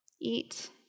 eat